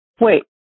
wait